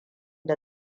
da